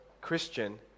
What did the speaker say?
Christian